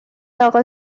اقا